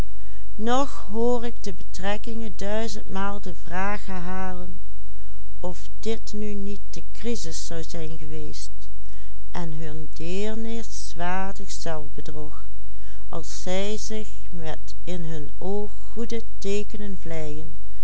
de vraag herhalen of dit nu niet de crisis zou zijn geweest en hun deerniswaardig zelfbedrog als zij zich met in hun oog goede teekenen vleien